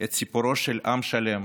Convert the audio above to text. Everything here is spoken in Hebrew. את סיפורו של עם שלם